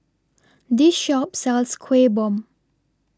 This Shop sells Kueh Bom